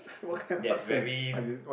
that very